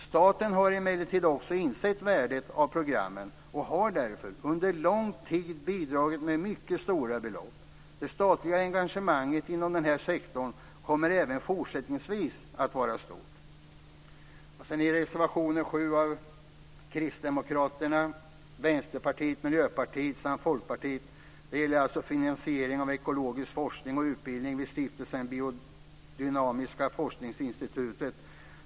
Staten har emellertid insett programmets värde och har därför under lång tid bidragit med mycket stora belopp. Det statliga engagemanget inom den här sektorn kommer även fortsättningsvis att vara stort. Reservationen 7 från Kristdemokraterna, Vänsterpartiet, Miljöpartiet och Folkpartiet gäller finansiering av ekologisk forskning och utbildning vid Stiftelsen Biodynamiska forskningsinstitutet.